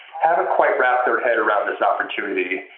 haven't quite wrapped their head around this opportunity.